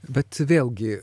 bet vėlgi